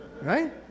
Right